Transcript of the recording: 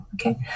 okay